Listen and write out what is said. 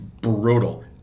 brutal